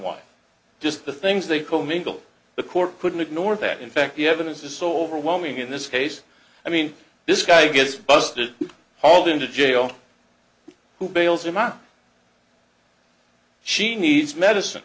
wife just the things they commingle the court couldn't ignore that in fact the evidence is so overwhelming in this case i mean this guy gets busted hauled into jail who bails him out she needs medicine